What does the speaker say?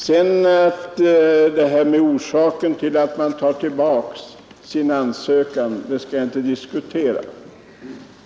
Vad beträffar orsaken till att man tar tillbaka sin ansökan skall jag inte diskutera den.